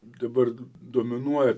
dabar dominuoja